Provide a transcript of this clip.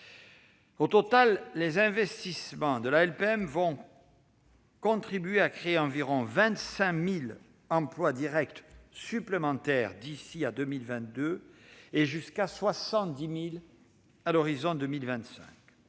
Au total, les investissements prévus dans le cadre de la LPM vont contribuer à créer environ 25 000 emplois directs supplémentaires d'ici à 2022 et jusqu'à 70 000 à l'horizon de 2025.